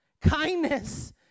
Kindness